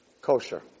kosher